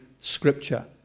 Scripture